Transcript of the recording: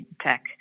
tech